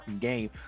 game